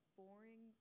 boring